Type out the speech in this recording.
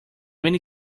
many